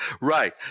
Right